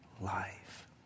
life